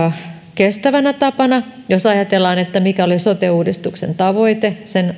kestävänä tapana jos ajatellaan mikä oli sote uudistuksen tavoite sen